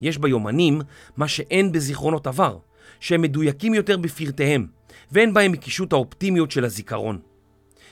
יש ביומנים מה שאין בזיכרונות עבר, שהם מדויקים יותר בפרטיהם, ואין בהם הקישוט האופטימיות של הזיכרון.